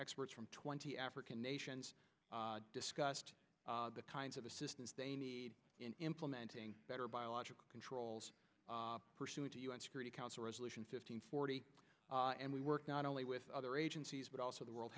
experts from twenty african nations discussed the kinds of assistance they need in implementing better biological controls pursuant to un security council resolution fifteen forty and we work not only with other agencies but also the world